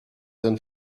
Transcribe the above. than